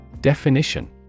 Definition